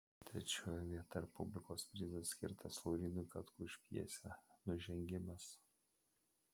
trečioji vieta ir publikos prizas skirtas laurynui katkui už pjesę nužengimas